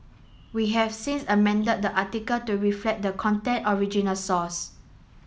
we have since amended the article to reflect the content original source